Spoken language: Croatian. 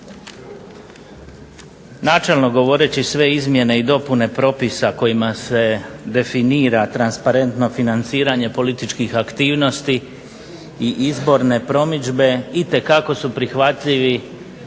Načelno govoreći sve izmjene i dopune propisa kojima se definira transparentno financiranje političkih aktivnosti i izborne promidžbe itekako su prihvatljivi